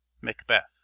Macbeth